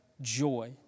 joy